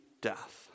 death